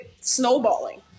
snowballing